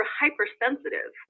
hypersensitive